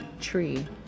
tree